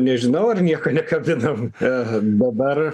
nežinau ar nieko nekabinam dabar